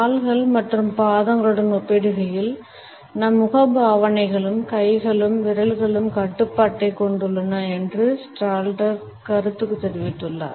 கால்கள் மற்றும் பாதங்களுடன் ஒப்பிடுகையில் நம் முகபாவனைகளும் கைகளும் விரல்களும் கட்டுப்பாட்டை கொண்டுள்ளன என்று ஸ்டால்டர் கருத்து தெரிவித்துள்ளார்